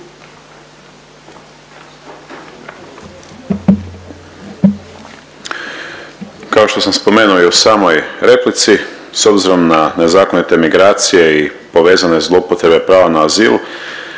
Kao što sam spomenuo i u samoj replici s obzirom na nezakonite migracije i povezane zloupotrebe prava na azil